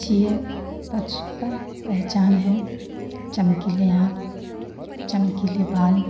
अच्छी है पशु का पहचान है चमकीले आँख चमकीले बाल